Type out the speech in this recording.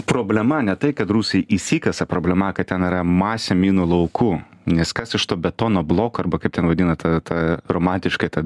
problema ne tai kad rusai įsikasa problema kad ten yra masė minų laukų nes kas iš to betono blokų arba kaip ten vadina tą tą romantiškai tą